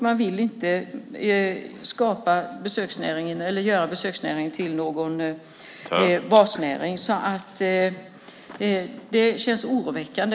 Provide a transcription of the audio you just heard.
Man vill inte göra besöksnäringen till en basnäring. Utvecklingen av turistnäringen känns oroväckande.